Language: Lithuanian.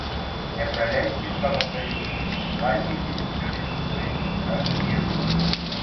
nepraleiskit pavakarių valgykit džiovintus vaisius ar riešutus